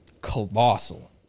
colossal